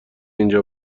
اینجا